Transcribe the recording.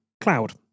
Cloud